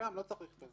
צריך לכתוב.